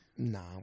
Nah